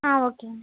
ஆ ஓகேங்க